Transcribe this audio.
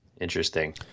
Interesting